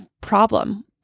problem